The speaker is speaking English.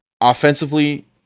offensively